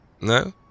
No